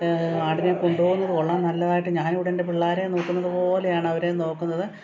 ആടിനെ കൊണ്ടുപോകുന്നത് കൊള്ളാം നല്ലതായിട്ട് ഞാൻ ഇവിടെ എൻ്റെ പിള്ളേരെ നോക്കുന്നത് പോലെയാണ് അവരെ നോക്കുന്നത്